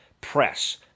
press